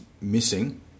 missing